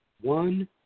one